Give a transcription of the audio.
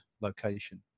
location